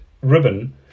ribbon